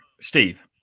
Steve